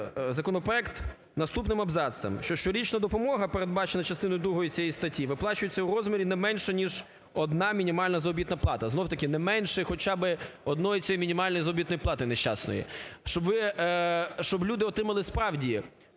законопроект наступним абзацом, що щорічна допомога передбачена частиною другою цієї статті виплачується у розмірі не менше ніж одна мінімальна заробітна плата, знов-таки не менше хоча би однієї цієї мінімальної заробітної плати нещасної, щоб ви… щоб люди отримали, справді,